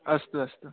अस्तु अस्तु